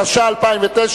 התש"ע 2010,